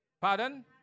Pardon